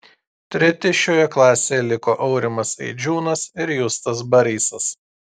treti šioje klasėje liko aurimas eidžiūnas ir justas barysas